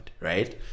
right